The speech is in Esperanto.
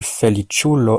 feliĉulo